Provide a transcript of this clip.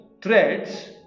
threads